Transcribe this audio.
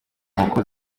nkoko